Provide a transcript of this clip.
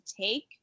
take